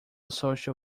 social